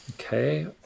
Okay